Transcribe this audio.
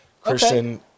Christian